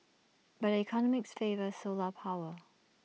but the economics favour solar power